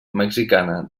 mexicana